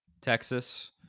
Texas